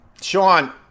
Sean